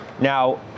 Now